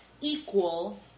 equal